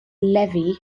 levy